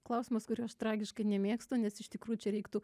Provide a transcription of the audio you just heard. klausimas kurio aš tragiškai nemėgstu nes iš tikrųjų čia reiktų